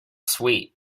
sweet